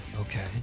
Okay